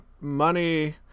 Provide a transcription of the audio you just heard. money